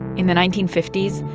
in the nineteen fifty s,